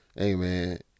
Amen